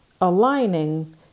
aligning